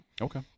Okay